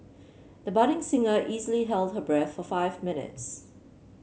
the budding singer easily held her breath for five minutes